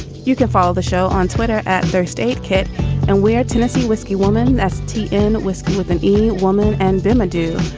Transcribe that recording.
you can follow the show on twitter at first aid kit and where tennessee whiskey woman that's t n whiskey with an e. woman and bill do.